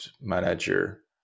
manager